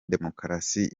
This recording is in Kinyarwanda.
demokarasi